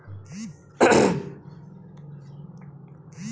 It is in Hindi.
शरीफा को एक अन्य नाम सीताफल के नाम से भी जाना जाता है